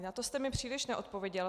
Na to jste mi příliš neodpověděl.